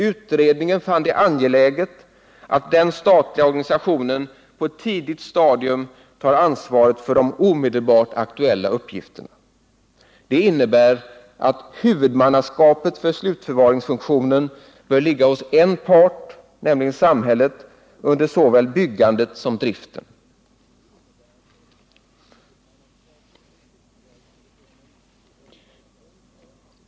Utredningen fann det angeläget att den statliga organisationen på ett tidigt stadium skulle ta ansvaret för de omedelbart aktuella uppgifterna. Det innebär att huvudmannaskapet för slutförvaringsfunktionen bör ligga hos en part, nämligen samhället, under såväl byggandet som driften.